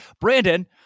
Brandon